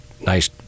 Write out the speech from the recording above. nice